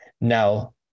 Now